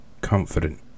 confident